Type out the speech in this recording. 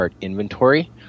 inventory